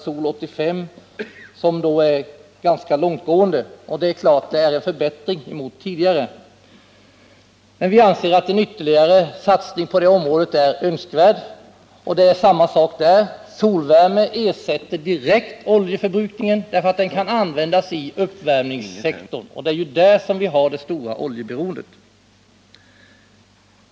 SOL 85, som då är ganska långtgående, men även om det är en förbättring mot tidigare anser vi att en ytterligare satsning på detta område är önskvärd. Det är samma sak här: solvärmen ersätter direkt oljeförbrukningen, därför att den kan användas i uppvärmningssektorn och det är där som vi har det stora oljeberoendet.